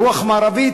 רוח מערבית,